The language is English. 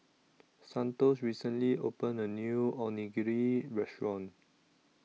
Santos recently opened A New Onigiri Restaurant